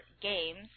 games